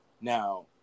now